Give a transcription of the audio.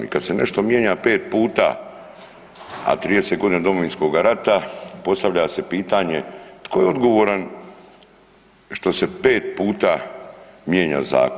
I kad se nešto mijenja 5 puta, a 30 je godina od Domovinskog rata postavlja se pitanje tko je odgovoran što se 5 puta mijenja zakon.